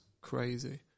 crazy